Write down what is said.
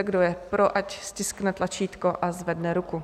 Kdo je pro, ať stiskne tlačítko a zvedne ruku.